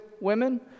women